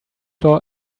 floor